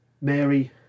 Mary